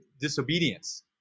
disobedience